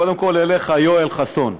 קודם כול אליך, יואל חסון.